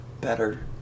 better